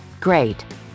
great